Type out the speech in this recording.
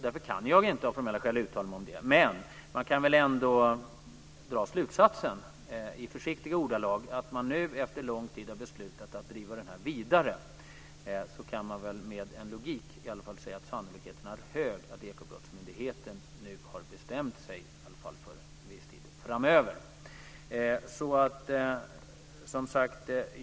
Därför kan jag av formella skäl inte uttala mig om detta. Men man kan väl ändå i försiktiga ordalag dra slutsatsen att man nu efter lång tid har beslutat att driva detta vidare. Med viss logik kan man säga att sannolikheten är hög att Ekobrottsmyndigheten nu har bestämt sig - i alla fall för viss tid framöver.